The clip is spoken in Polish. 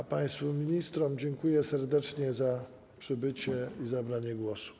A państwu ministrom dziękuję serdecznie za przybycie i zabranie głosu.